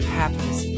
happiness